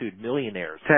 Millionaire's